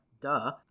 Duh